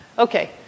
Okay